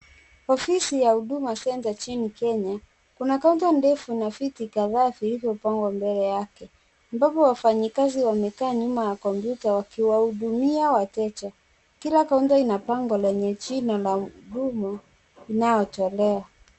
Ofisi ya Huduma Center inchini Kenya, kuna kaunta ndefu na viti kadha vilivyopangwa mbele yake, ambapo wafanyikazi wamekaa nyuma ya kompyuta wakiwahudumia wateja, kila kaunta ina bango lenye jina la huduma inayotolewa.